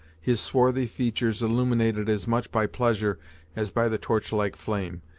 his swarthy features illuminated as much by pleasure as by the torchlike flame,